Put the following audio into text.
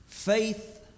Faith